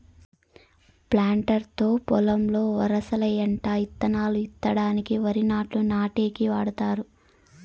planter తో పొలంలో వరసల ఎంట ఇత్తనాలు ఇత్తడానికి, వరి నాట్లు నాటేకి వాడతారు